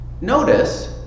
notice